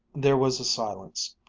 there was a silence.